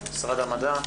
משרד המדע?